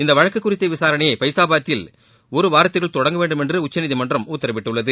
இந்த வழக்கு குறித்த விசாரணையை ஃபைசாபாதில் ஒரு வாரத்திற்குள் தொடங்க வேண்டுமென்று உச்சநீதிமன்றம் உத்தரவிட்டுள்ளது